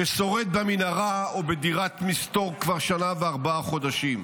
ששורד במנהרה או בדירת מסתור כבר שנה וארבעה חודשים?